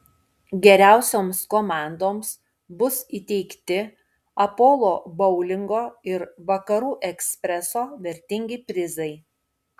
geriausioms komandoms bus įteikti apolo boulingo ir vakarų ekspreso vertingi prizai